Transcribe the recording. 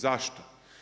Zašto?